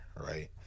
right